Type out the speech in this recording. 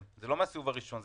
לא בסיבוב הראשון,